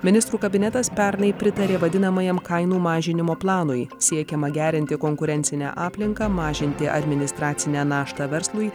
ministrų kabinetas pernai pritarė vadinamajam kainų mažinimo planui siekiama gerinti konkurencinę aplinką mažinti administracinę naštą verslui